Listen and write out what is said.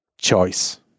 choice